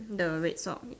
the red sock ya